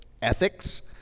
Ethics